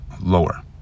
lower